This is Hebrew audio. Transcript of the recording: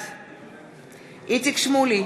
בעד איציק שמולי,